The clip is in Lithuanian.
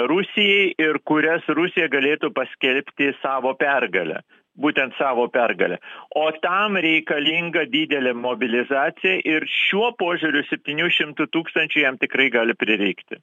rusijai ir kurias rusija galėtų paskelbti savo pergale būtent savo pergale o tam reikalinga didelė mobilizacija ir šiuo požiūriu septynių šimtų tūkstančių jam tikrai gali prireikti